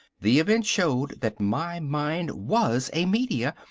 the event showed that my mind was a media,